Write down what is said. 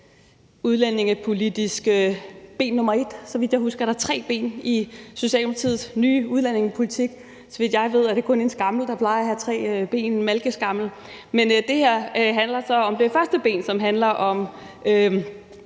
udlændingepolitiske ben nummer et. Så vidt jeg husker, er der tre ben i Socialdemokratiets nye udlændingepolitik, og så vidt jeg ved, er det kun en malkeskammel, der plejer at have tre ben. Men det her handler så om det første ben, som handler om